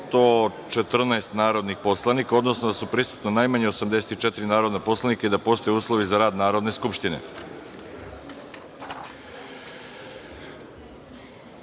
114 narodnih poslanika, odnosno da su prisutna najmanje 84 narodna poslanika i da postoje uslovi za rad Narodne skupštine. Da